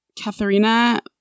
Katharina